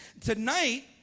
tonight